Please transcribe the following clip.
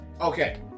okay